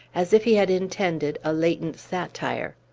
as if he had intended a latent satire.